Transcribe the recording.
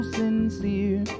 sincere